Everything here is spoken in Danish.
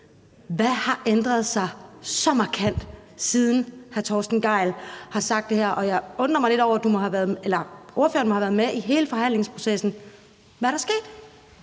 Hvad har ændret sig så markant, siden hr. Torsten Gejl har sagt det her? Ordføreren må have været med i hele forhandlingsprocessen. Hvad er der sket?